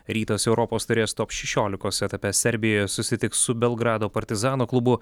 rytas europos taurės top šešiolikos etape serbijoje susitiks su belgrado partizano klubu